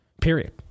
period